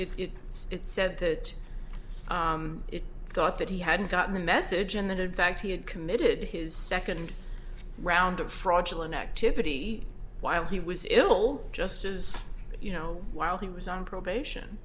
it is it said that it thought that he had gotten the message and that in fact he had committed his second round of fraudulent activity while he was ill just as you know while he was on probation